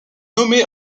nommée